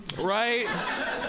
Right